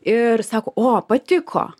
ir sako o patiko